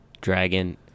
Dragon